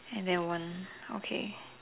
and then one okay